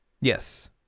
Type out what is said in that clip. yes